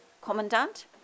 commandant